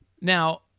Now